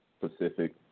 Pacific